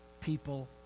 people